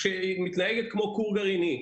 שמתנהגת כמו כור גרעיני.